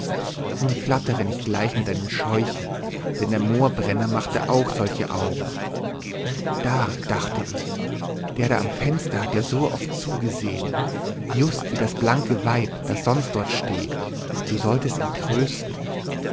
nun flattere nicht gleich mit deinen scheuchen denn der moorbrenner machte auch solche augen da dachte ich der da im fenster hat dir so oft zugesehn just wie das blanke weib das sonst dort steht du solltest ihn trösten